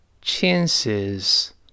chances